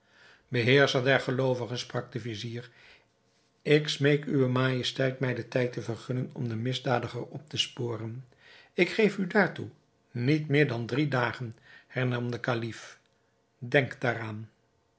beheerscher der geloovigen sprak de vizier ik smeek uwe majesteit mij tijd te vergunnen om den misdadiger op te sporen ik geef u daartoe niet meer dan drie dagen hernam de kalif denk daaraan